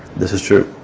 this is true.